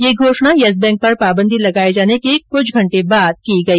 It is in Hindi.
यह घोषणा यस बैंक पर पाबंदी लगाए जाने के कुछ घंटे बाद की गई